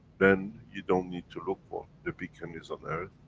then, you don't need to look for. the beacon is on earth.